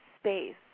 space